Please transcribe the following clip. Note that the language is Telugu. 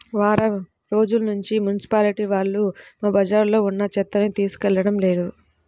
వారం రోజుల్నుంచి మున్సిపాలిటీ వాళ్ళు మా బజార్లో ఉన్న చెత్తని తీసుకెళ్లడం లేదు